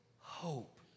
hope